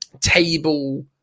table